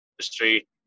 industry